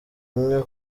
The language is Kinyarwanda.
imwe